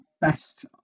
best